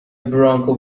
برانکو